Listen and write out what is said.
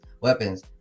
weapons